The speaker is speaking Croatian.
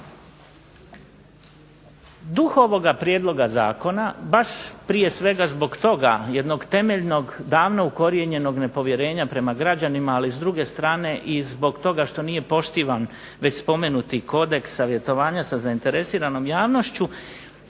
Duh ovoga prijedloga zakona baš prije svega zbog toga jednog temeljnog davno ukorijenjenog nepovjerenja prema građanima, ali s druge strane i zbog toga što nije poštivan već spomenuti kodeks savjetovanja sa zainteresiranom javnošću